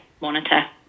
monitor